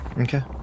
Okay